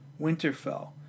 Winterfell